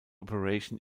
operation